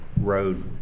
road